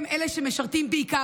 הם אלה שמשרתים בעיקר,